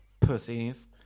pussies